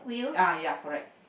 ah ya correct